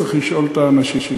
צריך לשאול את האנשים.